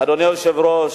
אדוני היושב-ראש,